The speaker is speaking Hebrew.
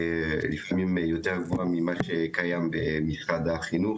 ולפעמים יותר גבוהה ממה שקיים במשרד החינוך.